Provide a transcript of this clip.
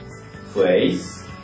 place